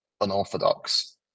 unorthodox